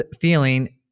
feeling